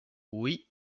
oui